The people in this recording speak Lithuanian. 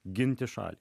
ginti šalį